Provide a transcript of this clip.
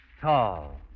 Tall